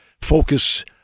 focus